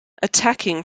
attacking